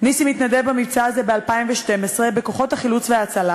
נסים התנדב במבצע הזה ב-2012 בכוחות החילוץ וההצלה.